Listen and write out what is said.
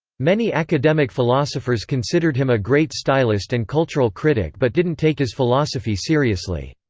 many academic philosophers considered him a great stylist and cultural critic but didn't take his philosophy seriously.